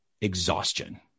exhaustion